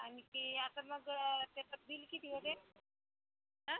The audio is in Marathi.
आणखी आता मग त्याचं बिल किती होतं आहे हा